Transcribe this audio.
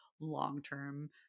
long-term